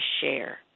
share